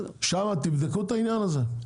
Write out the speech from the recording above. שם תבדקו את העניין הזה.